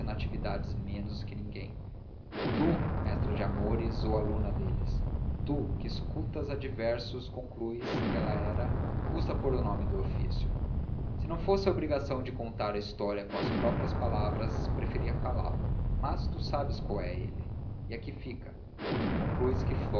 natividade menos que ninguém tu mestra de amores ou aluna deles tu que escutas a diversos concluis que ela era custa pôr o nome do ofício se não fosse a obrigação de contar a história com as próprias palavras preferia calá lo mas tu sabes qual é ele e aqui fica concluis